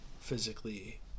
physically